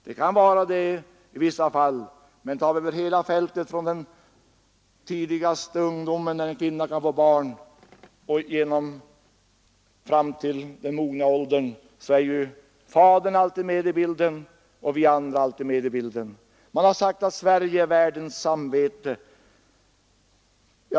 Det kan vara det i vissa fall; men från den tidiga ungdomen, när en kvinna kan få barn, och fram till mogen ålder måste också fadern alltid vara med i bilden; även vi andra är alltid med i bilden. Man har sagt att Sverige är världens samvete.